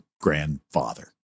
grandfather